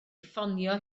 ffonio